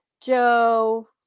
Joe